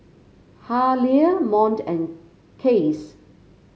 Haleigh Mont and Case